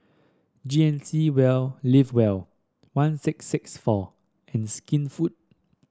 G N C Well Live Well one six six four and Skinfood